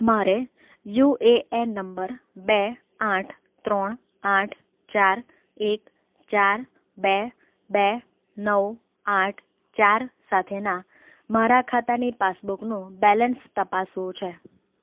મારે UAN number બે આઠ ત્રણ આઠ ચાર એક ચાર બે બે નવ આઠ ચાર સાથેના મારા ખાતાની પાસબુકનું બેલેન્સ તપાસવું છે